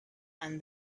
and